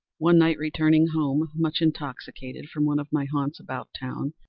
one night, returning home, much intoxicated, from one of my haunts about town,